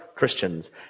christians